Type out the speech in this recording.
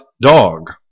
Dog